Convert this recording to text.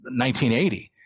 1980